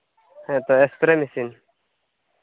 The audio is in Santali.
ᱦᱮᱸᱛᱚ ᱮᱥᱯᱨᱮ ᱢᱮᱥᱤᱱ